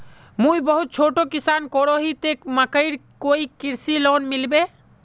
मुई बहुत छोटो किसान करोही ते मकईर कोई कृषि लोन मिलबे?